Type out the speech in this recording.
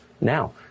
now